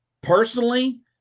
personally